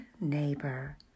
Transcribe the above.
neighbor